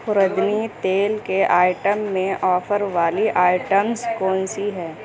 خوردنی تیل کے آئٹم میں آفر والی آئٹمز کون سی ہیں